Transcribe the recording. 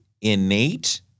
innate